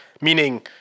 Meaning